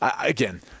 again